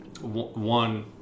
one